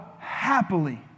happily